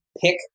pick